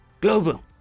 Global